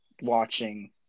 watching